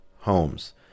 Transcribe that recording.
homes